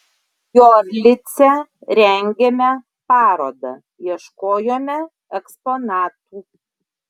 giorlice rengėme parodą ieškojome eksponatų